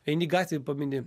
eini gatvėj pameni